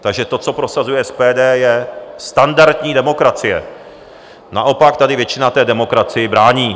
Takže to, co prosazuje SPD, je standardní demokracie, naopak tady většina demokracii brání.